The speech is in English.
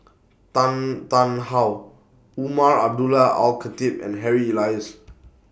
Tan Tarn How Umar Abdullah Al Khatib and Harry Elias